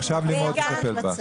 עכשיו לימור תטפל בך.